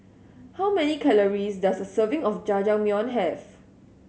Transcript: how many calories does a serving of Jajangmyeon have